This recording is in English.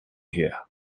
here